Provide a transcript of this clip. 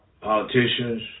politicians